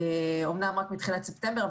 אומנם רק מתחיל ספטמבר,